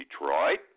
Detroit